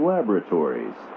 Laboratories